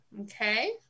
Okay